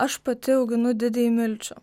aš pati auginu didįjį milčių